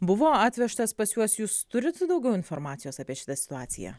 buvo atvežtas pas juos jūs turit daugiau informacijos apie šitą situaciją